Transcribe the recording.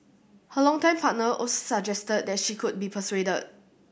her longtime partner also suggested that she could be persuaded